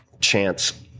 chance